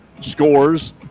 scores